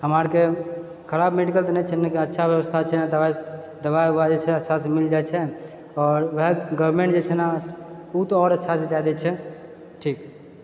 हमरा आरके खराब मेडिकल तऽ नहि छै अच्छा व्यवस्था छै दवाइके दवाइ ववाइ जै छै अच्छासँ मिल जाइत छै आओर ओएह गवर्नमेन्ट जे छै ने ओ तऽ आओर अच्छासँ दए देइ छै ठीक